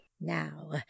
Now